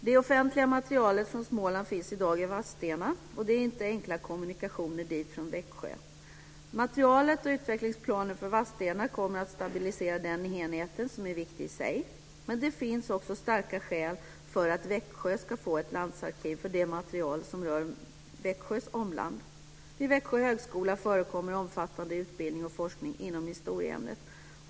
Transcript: Det offentliga materialet från Småland finns i dag i Vadstena, och det är inga enkla kommunikationer dit från Växjö. Materialet och utvecklingsplaner för Vadstena kommer att stabilisera den enheten, som är viktig i sig, men det finns starka skäl för att också Växjö ska få ett landsarkiv för det material som rör Växjös omland. Vid Växjö högskola förekommer omfattande utbildning och forskning inom historieämnet.